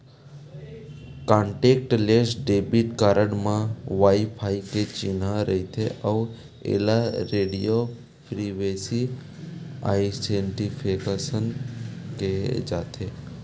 contactless debit card म WiFi के चिन्हा रहिथे अउ एला रेडियो फ्रिवेंसी आइडेंटिफिकेसन केहे जाथे